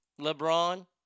LeBron